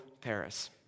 Paris